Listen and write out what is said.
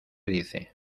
dice